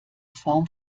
form